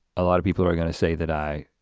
a lot of people are gonna say that i